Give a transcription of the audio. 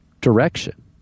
direction